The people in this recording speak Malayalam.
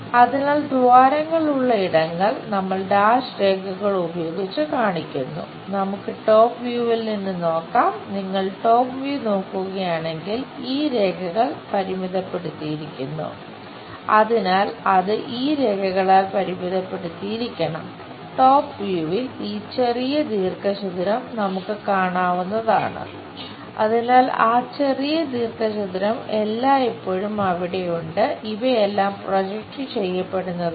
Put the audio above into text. അതിനാൽ ദ്വാരങ്ങൾ ഉള്ള ഇടങ്ങൾ നമ്മൾ ഡാഷ് ചെയ്യപ്പെടുന്നതാണ്